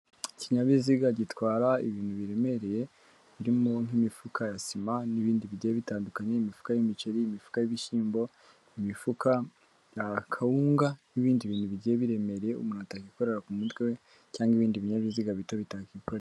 Ikinyabiziga gitwara ibintu biremereye birimo nk'imifuka ya sima n'ibindi bigiye bitandukanye, imifuka y'imiceri, imifuka y'ibishyimbo, imifuka ya kawunga n'ibindi bintu bigiye biremereye umuntu atakikorera ku mutwe we cyangwa ibindi binyabiziga bito bitakikorera.